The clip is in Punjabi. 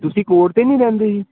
ਤੁਸੀਂ ਕੋਰਟ 'ਤੇ ਨਹੀਂ ਰਹਿੰਦੇ ਜੀ